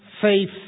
faith